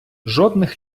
жодних